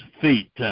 feet